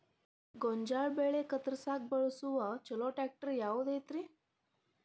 ಗೋಂಜಾಳ ಬೆಳೆ ಕತ್ರಸಾಕ್ ಬಳಸುವ ಛಲೋ ಟ್ರ್ಯಾಕ್ಟರ್ ಯಾವ್ದ್ ಐತಿ?